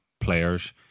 players